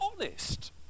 honest